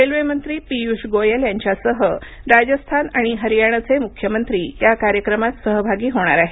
रेल्वेमंत्री पियूष गोयल यांच्यासह राजस्थान आणि हरियाणाचे मुख्यमंत्री या कार्यक्रमात सहभागी होणार आहेत